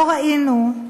לא ראינו,